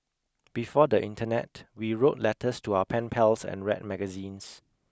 before the internet we wrote letters to our pen pals and read magazines